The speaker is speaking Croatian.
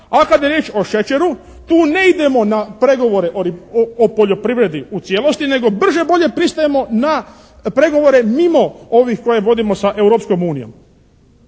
a kada je riječ o šećeru tu ne idemo na pregovore o poljoprivredi u cijelosti nego brže bolje pristajemo na pregovore mimo ovih koje vodimo sa Europskom unijom